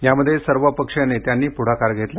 यामध्ये सर्वपक्षीय नेत्यांनी पुढाकार घेतला